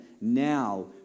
now